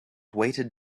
weighted